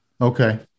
Okay